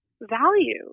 value